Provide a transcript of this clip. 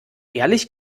ehrlich